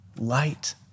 Light